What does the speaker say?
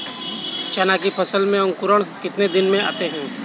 चना की फसल में अंकुरण कितने दिन में आते हैं?